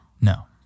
No